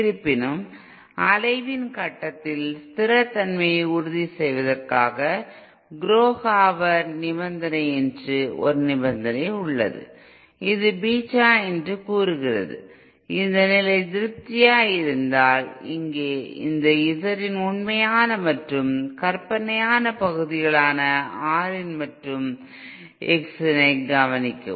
இருப்பினும் அலைவின் கட்டத்தில் ஸ்திரத்தன்மையை உறுதி செய்வதற்காக குரோகாவர் நிபந்தனை என்று ஒரு நிபந்தனை உள்ளது இது பீட்டா என்று கூறுகிறது இந்த நிலை திருப்தியாயிருந்தால் இங்கே இந்த Z இன் உண்மையான மற்றும் கற்பனையான பகுதிகளான R இன் மற்றும் X ஐ கவனிக்கவும்